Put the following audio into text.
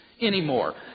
anymore